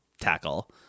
tackle